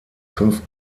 fünf